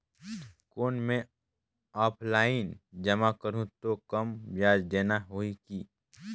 कौन मैं ऑफलाइन जमा करहूं तो कम ब्याज देना होही की?